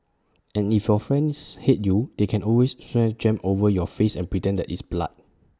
and if your friends hate you they can always smear jam over your face and pretend that it's blood